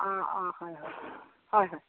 অ অ হয় হয়